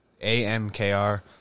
A-M-K-R